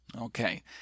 Okay